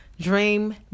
dream